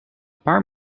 paar